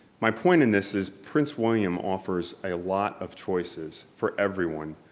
my point in this is prince william offers a lot of choices for everyone,